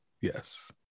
yes